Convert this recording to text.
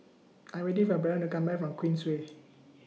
I Am waiting For Barron to Come Back from Queensway